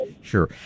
sure